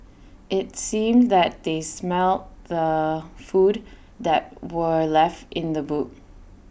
IT seemed that they smelt the food that were left in the boot